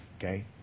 Okay